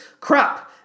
Crap